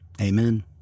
amen